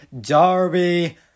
Darby